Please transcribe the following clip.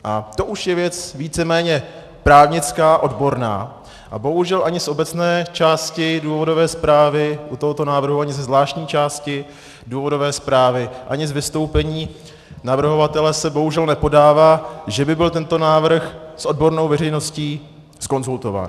A to už je věc víceméně právnická, odborná a bohužel ani z obecné části důvodové zprávy u tohoto návrhu, ani ze zvláštní části důvodové zprávy, ani z vystoupení navrhovatele se nepodává, že by byl tento návrh s odbornou veřejností zkonzultován.